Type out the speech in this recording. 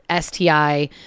STI